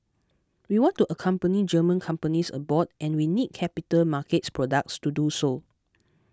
we want to accompany German companies abroad and we need capital markets products to do so